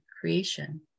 creation